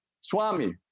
Swami